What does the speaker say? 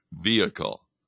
vehicle